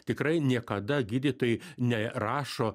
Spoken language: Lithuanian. tikrai niekada gydytojai nerašo